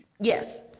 Yes